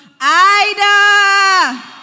Ida